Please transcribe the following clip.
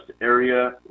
Area